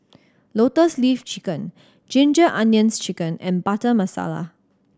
Lotus Leaf Chicken Ginger Onions Chicken and Butter Masala